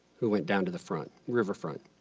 who went down to the front, riverfront.